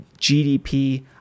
GDP